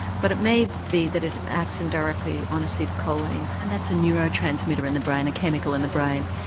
but it may be that it it acts indirectly on acetylcholine. and that's a neurotransmitter in the brain, a chemical in the brain?